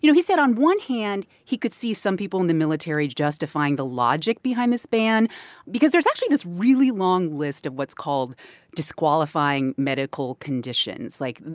you know he said, on one hand, he could see some people in the military justifying the logic behind this ban because there's actually this really long list of what's called disqualifying medical conditions like.